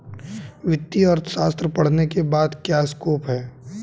वित्तीय अर्थशास्त्र पढ़ने के बाद क्या स्कोप है?